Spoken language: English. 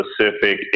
specific